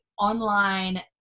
online